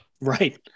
right